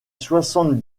soixante